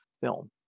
film